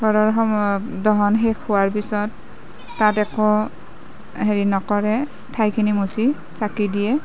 ঘৰৰ দহন শেষ হোৱাৰ পিছত তাত একো হেৰি নকৰে ঠাইখিনি মচি চাকি দিয়ে